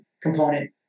component